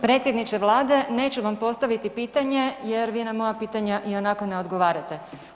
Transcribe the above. Predsjedniče Vlade, neću vam postaviti pitanje jer vi na moja pitanja ionako ne odgovarate.